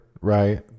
Right